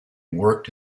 worked